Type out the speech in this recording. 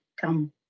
come